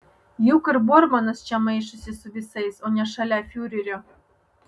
juk ir bormanas čia maišosi su visais o ne šalia fiurerio